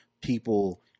people